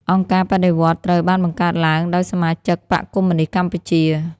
អង្គការបដិវត្តន៍ត្រូវ បានបង្កើតឡើងដោយសមាជិកបក្សកុម្មុយនីស្តកម្ពុជា។